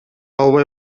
албай